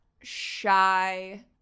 shy